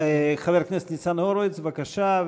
חבר הכנסת ניצן הורוביץ, בבקשה.